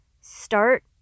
Start